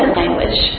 language